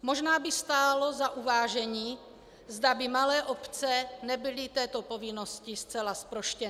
Možná by stálo za uvážení, zda by malé obce nebyly této povinnosti zcela zproštěny.